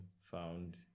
found